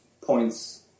points